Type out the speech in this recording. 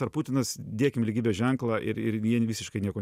ar putinas dėkim lygybės ženklą ir ir jie visiškai nieko